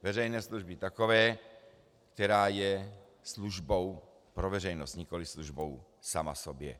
Veřejné služby takové, která je službou pro veřejnost, nikoliv službou sama sobě.